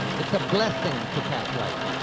it's a blessing to pack light.